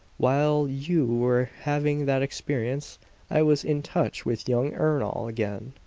while you were having that experience i was in touch with young ernol again.